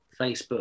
Facebook